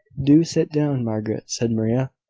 do sit down, margaret, said maria.